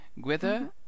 Gwither